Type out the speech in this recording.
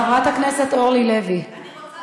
חברת הכנסת אורלי לוי, אני רוצה